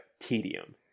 tedium